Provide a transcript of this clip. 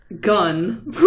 gun